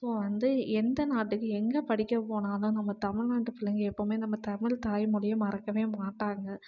so வந்து எந்த நாட்டுக்கு எங்கே படிக்க போனாலும் நம்ம தமிழ்நாட்டு பிள்ளைங்க எப்பவுமே நம்ம தமிழ் தாய்மொழியை மறக்கவே மாட்டாங்க